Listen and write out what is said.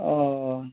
ও